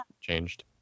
changed